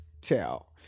tell